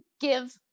give